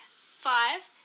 five